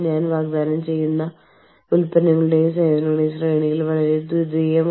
ഇവിടെ കൈകാര്യം ചെയ്യുന്ന വിവരങ്ങളുടെ സങ്കീർണ്ണത നിങ്ങൾക്ക് ഊഹിക്കാം